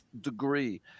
degree